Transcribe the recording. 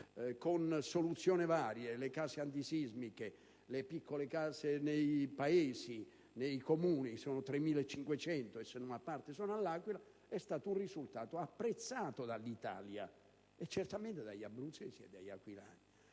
con soluzioni varie (le case antisismiche, le piccole case nei paesi e nei Comuni: sono 3.500 e solo una parte all'Aquila), è stato un risultato apprezzato dall'Italia e certamente degli abruzzesi e dagli aquilani.